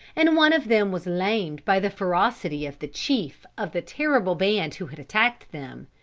and one of them was lamed by the ferocity of the chief of the terrible band who had attacked them,